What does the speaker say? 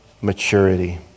maturity